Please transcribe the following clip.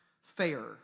fair